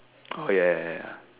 oh ya ya ya ya ya